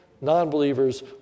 non-believers